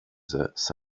such